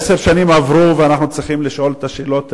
עשר שנים עברו ואנחנו צריכים לשאול את השאלות האלה: